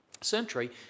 century